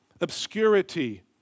obscurity